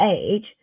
age